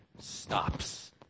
stops